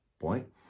point